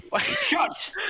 Shut